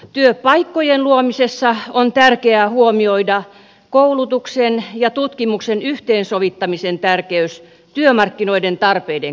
työpaikkojen luomisessa on tärkeää huomioida koulutuksen ja tutkimuksen yhteensovittamisen tärkeys työmarkkinoiden tarpeiden kanssa